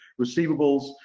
receivables